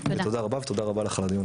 תודה רבה, ותודה רבה לך על הדיון.